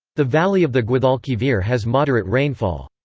the valley of the guadalquivir has moderate rainfall.